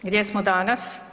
Gdje smo danas?